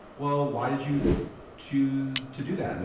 well, why did you choose to do that? and